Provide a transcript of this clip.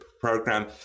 program